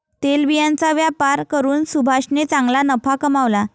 तेलबियांचा व्यापार करून सुभाषने चांगला नफा कमावला